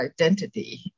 identity